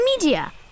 media